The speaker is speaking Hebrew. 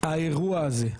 האירוע הזה,